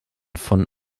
von